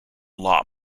law